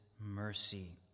mercy